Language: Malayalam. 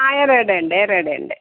ആ എറേടെ ഉണ്ട് എറേടെ ഉണ്ട്